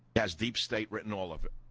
that's deep state written all of it.